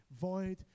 void